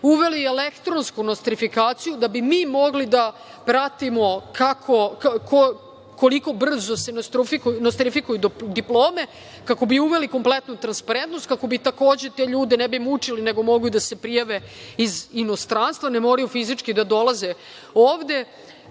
uveli elektronsku nostrifikaciju da bi mi mogli da pratimo koliko brzo se nostrifikuju diplome kako bi uveli kompletnu transparentnost, kako ne bi te ljude mučili nego mogu i da se prijave iz inostranstva, ne moraju fizički da dolaze ovde. Tako